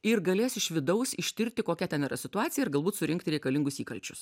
ir galės iš vidaus ištirti kokia ten yra situacija ir galbūt surinkti reikalingus įkalčius